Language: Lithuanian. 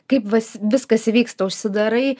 kaip viskas įvyksta užsidarai